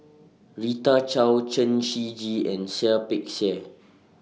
Rita Chao Chen Shiji and Seah Peck Seah